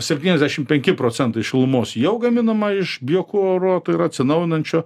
septyniasdešim penki procentai šilumos jau gaminama iš biokuro ir atsinaujinančio